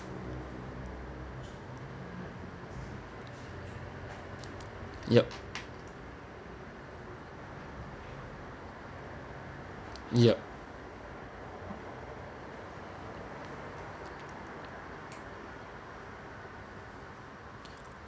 yup yup